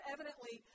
Evidently